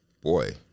boy